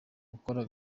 gukora